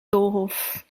doolhof